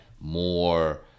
more